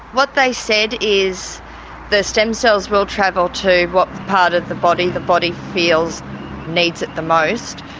what they said is the stem cells will travel to what part of the body the body feels needs it the most,